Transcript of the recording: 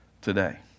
today